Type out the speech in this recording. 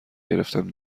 گرفتم